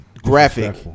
graphic